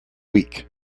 week